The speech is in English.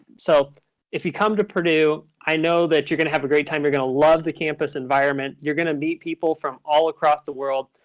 so if you come to purdue, i know that you're going to have a great time. you're going to love the campus environment. you're going to meet people from all across the world.